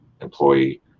employee